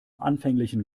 anfänglichen